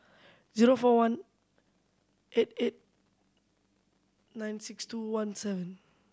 zero four one eight eight nine six two one seven